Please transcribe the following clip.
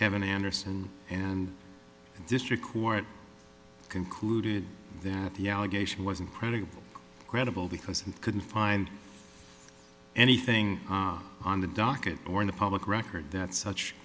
kevin anderson and the district court concluded that the allegation wasn't credible credible because it couldn't find anything on the docket or in the public record that such